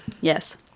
yes